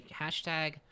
Hashtag